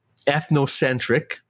ethnocentric